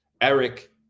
Eric